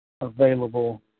available